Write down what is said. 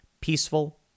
Peaceful